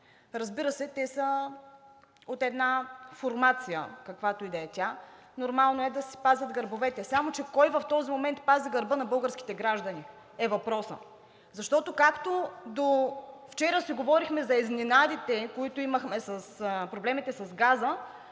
Разбира се, че те са от една формация, каквато и да е тя, нормално е да си пазят гърбовете, само че кой в този момент пази гърба на българските граждани, е въпросът. Довчера си говорехме за изненадите и проблемите,